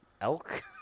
elk